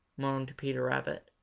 moaned peter rabbit.